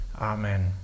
Amen